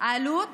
בעלות